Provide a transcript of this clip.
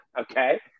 okay